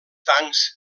tancs